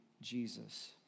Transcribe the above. Jesus